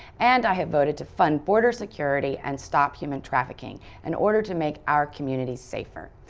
and i have voted to fund border security and stop human trafficking in order to make our communities safer.